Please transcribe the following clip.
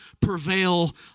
prevail